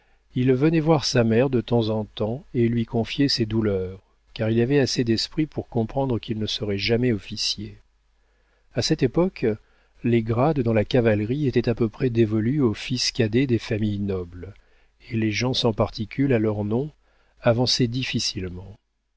il venait voir sa mère de temps en temps et lui confiait ses douleurs car il avait assez d'esprit pour comprendre qu'il ne serait jamais officier a cette époque les grades dans la cavalerie étaient à peu près dévolus aux fils cadets des familles nobles et les gens sans particule à leur nom avançaient difficilement